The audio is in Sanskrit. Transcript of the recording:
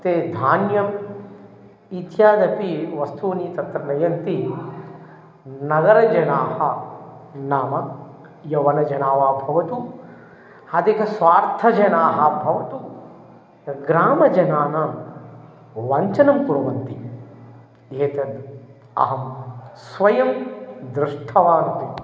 ते धान्यम् इत्यादपि वस्तूनि तत्र नयन्ति नगरजनाः नाम यवनजना वा भवतु अधिकस्वार्थजनाः भवतु ग्रामजनाः वञ्चनं कुर्वन्ति एतत् अहं स्वयं दृष्टवानिति